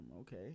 Okay